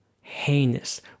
heinous